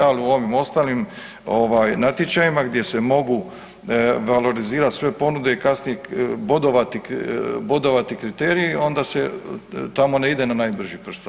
Ali u ovim ostalim natječajima gdje se mogu valorizirati sve ponude i kasnije bodovati kriteriji onda se tamo ne ide na najbrži prst.